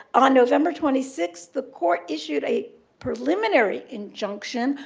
on november twenty six, the court issued a preliminary injunction,